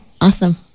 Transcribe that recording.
Awesome